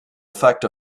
effect